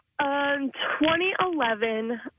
2011